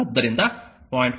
ಆದ್ದರಿಂದ 0